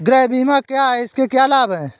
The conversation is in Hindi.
गृह बीमा क्या है इसके क्या लाभ हैं?